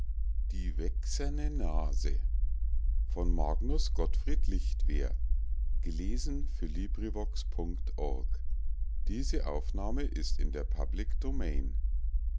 magnus gottfried lichtwer